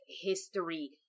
history